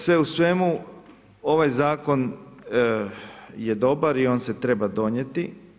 Sve u svemu, ovaj zakon je dobar i on se treba donijeti.